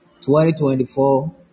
2024